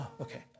Okay